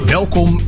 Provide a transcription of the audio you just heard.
Welkom